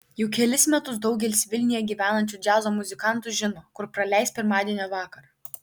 jau kelis metus daugelis vilniuje gyvenančių džiazo muzikantų žino kur praleis pirmadienio vakarą